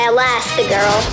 Elastigirl